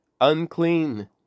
Unclean